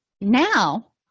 now